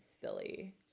silly